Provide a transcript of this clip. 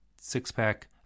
six-pack